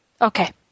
Okay